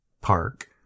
park